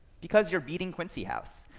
because you're beating quincy house.